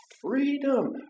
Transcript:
freedom